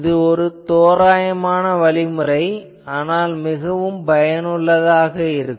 இது தோராயமான வழிமுறை ஆனால் மிகவும் பயனுள்ளதாக இருக்கும்